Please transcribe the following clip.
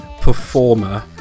performer